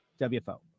WFO